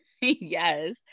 Yes